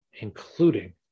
including